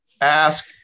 ask